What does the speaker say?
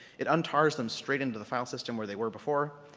it untars them straight into the file system where they were before,